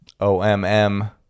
omm